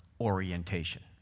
orientation